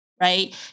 right